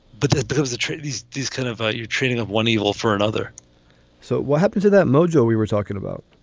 but because the truth is, these kind of ah you're treating of one evil for another so what happened to that model we were talking about?